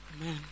Amen